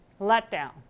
letdown